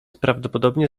prawdopodobnie